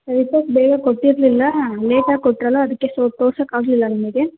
report ಬೇಗ ಕೊಟ್ಟಿರಲಿಲ್ಲ ಲೇಟಾಗಿ ಕೊಟ್ಟರಲ್ಲ ಅದಕ್ಕೆ ಸೊ ತೋರ್ಸಕ್ಕೆ ಆಗಲಿಲ್ಲ ನಿಮಗೆ